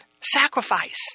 sacrifice